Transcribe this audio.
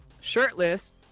Shirtless